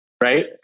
Right